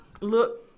Look